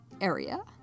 area